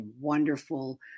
wonderful